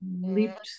leaped